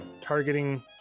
targeting